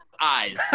eyes